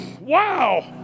wow